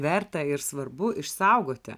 verta ir svarbu išsaugoti